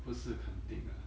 不是肯定 lah